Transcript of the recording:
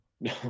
No